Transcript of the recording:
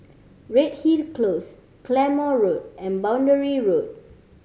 Redhill Close Claymore Road and Boundary Road